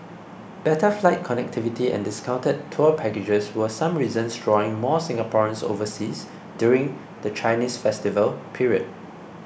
better flight connectivity and discounted tour packages were some reasons drawing more Singaporeans overseas during the Chinese festive period